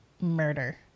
murder